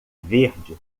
verde